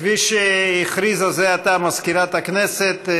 כפי שהכריזה זה עתה מזכירת הכנסת,